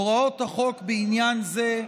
הוראות החוק בעניין זה,